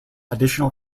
additional